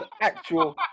Actual